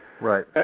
Right